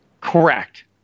Correct